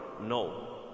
No